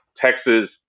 Texas